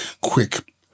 quick